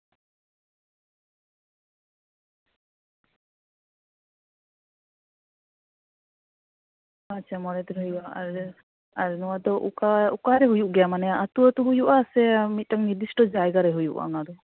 ᱟᱪᱪᱷᱟ ᱢᱚᱬᱮ ᱫᱤᱱ ᱦᱩᱭᱩᱜᱼᱟ ᱟᱨ ᱚᱠᱟᱼᱚᱠᱟ ᱨᱮ ᱦᱩᱭᱩᱜ ᱜᱮᱭᱟ ᱢᱟᱱᱮ ᱟᱹᱛᱩᱼᱟᱹᱛᱩ ᱦᱩᱭᱩᱜᱼᱟ ᱥᱮ ᱢᱤᱫᱴᱮᱱ ᱱᱤᱨᱫᱤᱥᱴᱚ ᱡᱟᱭᱜᱟ ᱨᱮ ᱦᱩᱭᱩᱜᱼᱟ ᱚᱱᱟᱫᱚ